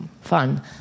fun